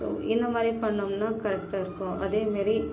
so இந்தமாதிரி பண்ணிணோம்னா கரக்ட்டாக இருக்கும் அதேமாரி